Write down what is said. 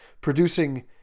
producing